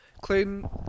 Clayton